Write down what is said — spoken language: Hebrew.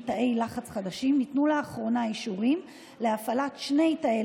ניתנו לאחרונה אישורים להפעלת שני תאי